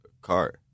car